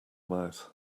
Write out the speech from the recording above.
mouth